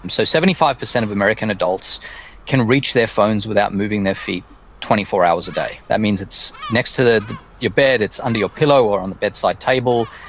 and so seventy five percent of american adults can reach their phones without moving their feet twenty four hours a day. that means it's next to your bed, it's under your pillow or on the bedside table.